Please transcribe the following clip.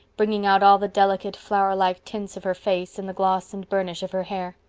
bringing out all the delicate, flower-like tints of her face and the gloss and burnish of her hair.